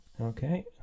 Okay